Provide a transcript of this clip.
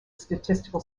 statistical